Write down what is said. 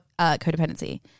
codependency